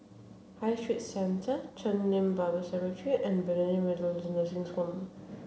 High Street Centre Chen Lien Bible Seminary and Bethany Methodist Nursing Home